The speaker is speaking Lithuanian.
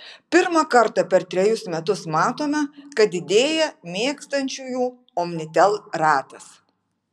pirmą kartą per trejus metus matome kad didėja mėgstančiųjų omnitel ratas